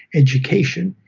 education,